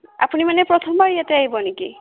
আপুনি মানে প্ৰথমবাৰ ইয়াতে আহিব নেকি